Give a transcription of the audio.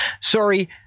Sorry